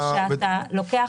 כשאתה לוקח